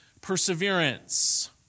perseverance